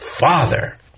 father